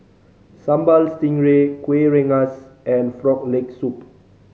Sambal Stingray Kuih Rengas and Frog Leg Soup